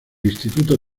instituto